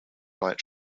light